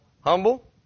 Humble